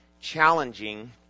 challenging